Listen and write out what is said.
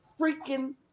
freaking